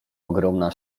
ogromna